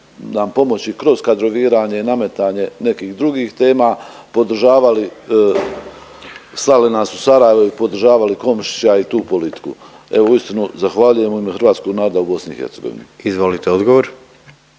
nam pomoći kroz kadroviranje i nametanje nekih drugih tema, podržavali slali nas u Sarajevo i podržavali Komšića i tu politiku. Evo uistinu zahvaljujem u ime hrvatskog naroda u BiH. **Jandroković,